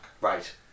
Right